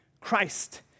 Christ